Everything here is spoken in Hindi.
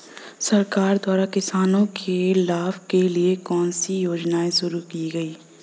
सरकार द्वारा किसानों के लाभ के लिए कौन सी योजनाएँ शुरू की गईं?